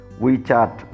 wechat